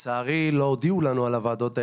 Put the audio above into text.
לצערי, לא הודיעו לנו על הוועדות האלה.